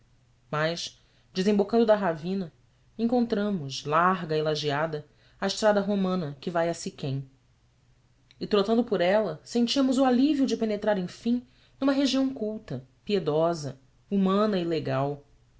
mas desembocando da ravina encontramos larga e lajeada a estrada romana que vai a siquém e trotando por ela sentimos o alívio de penetrar enfim numa região culta piedosa humana e legal